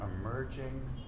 emerging